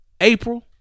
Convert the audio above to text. april